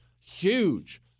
huge